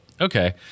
okay